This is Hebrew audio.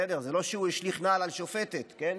בסדר, זה לא שהוא השליך נעל על שופטת, כן?